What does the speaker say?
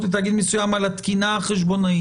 לתאגיד מסוים על התקינה החשבונאית,